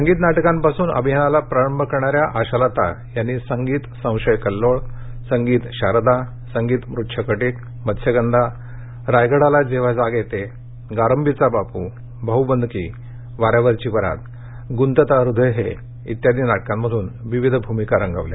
संगीत नाटकांपासून अभिनयाला प्रारंभ करणाऱ्या आशालता यांनी संगीत संशय कल्लोळ संगीत शारदा संगीत मृच्छकटीक मत्स्यगंधा रायगडाला जेव्हा जाग येते गारंबीचा बापू भाऊबंदकी वाऱ्यावरची वरात ग्रंतता हृदय हे आदी नाटकांमधून विविध भूमिका रंगवल्या